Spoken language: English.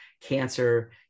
cancer